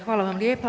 Hvala vam lijepa.